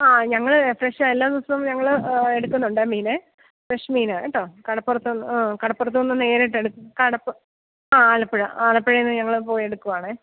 ആ ഞങ്ങൾ ഫ്രഷ് എല്ലാദിവസവും ഞങ്ങൾ എടുക്കുന്നുണ്ട് മീന് ഫ്രഷ് മീനാ കേട്ടോ കടപ്പുറത്തുനിന്ന് ആ കടപ്പുറത്തുനിന്ന് നേരിട്ട് എടുക്കും ആ ആലപ്പുഴ ആലപ്പുഴയിൽനിന്ന് ഞങ്ങൾ പോയി എടുക്കുകയാണെ